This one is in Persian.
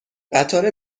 قطار